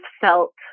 felt